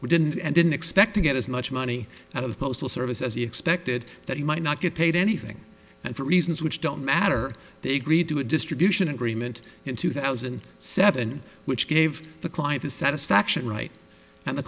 we didn't and didn't expect to get as much money out of the postal service as he expected that he might not get paid anything and for reasons which don't matter they agreed to a distribution agreement in two thousand and seven which gave the client his satisfaction right and the